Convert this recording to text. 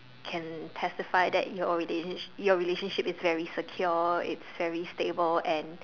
can testify that your relation your relationship is very secure its very stable and